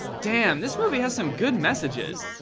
damn, this movie has some good messages.